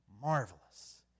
Marvelous